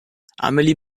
amelie